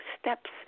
steps